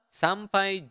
sampai